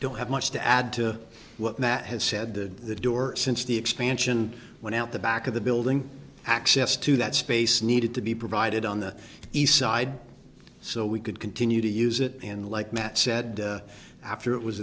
don't have much to add to what matt has said to the door since the expansion went out the back of the building access to that space needed to be provided on the east side so we could continue to use it and like matt said after it was